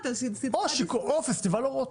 או פסטיבל אורות.